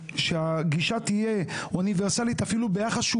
שהגישה תהיה אוניברסלית אפילו ביחס שהוא